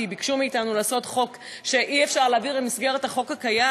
כי ביקשו מאתנו לעשות חוק שאי-אפשר להעביר במסגרת החוק הקיים?